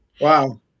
Wow